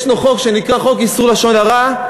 ישנו חוק שנקרא חוק איסור לשון הרע,